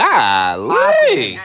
Golly